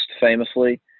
famously